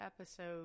episode